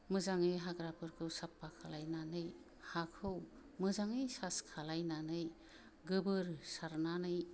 मोजाङै हाग्राफोरखौ साफा खालायनानै हाखौ मोजाङै सास खालायनानै गोबोर सारनानै